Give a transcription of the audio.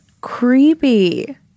creepy